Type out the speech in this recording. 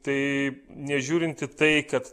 tai nežiūrint į tai kad